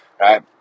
right